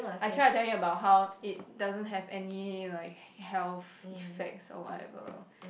I try to tell him about how it doesn't have any like health effects or whatever